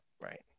Right